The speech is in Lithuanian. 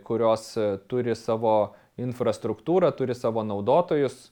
kurios turi savo infrastruktūrą turi savo naudotojus